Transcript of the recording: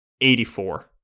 84